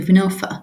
מבנה הופעה